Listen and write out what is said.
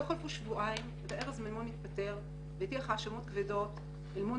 לא חלפו שבועיים וארז מימון התפטר והטיח אשמות קשות בהנהלת